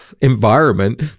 environment